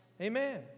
Amen